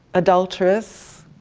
adulteress,